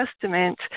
Testament